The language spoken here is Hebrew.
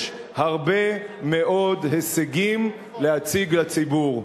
יש הרבה מאוד הישגים להציג לציבור.